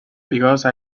because